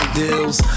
deals